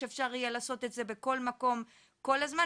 כלומר שאפשר יהיה לעשות את זה בכל מקום ובכל הזמן.